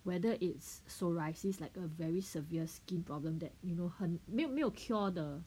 whether it's psoriasis like a very severe skin problem that you know 很没有没有 cure the